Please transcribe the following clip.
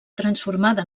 transformada